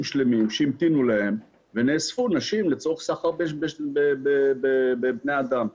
שלמים שהמתינו להם ונאספו נשים לצורך סחר בבני אדם.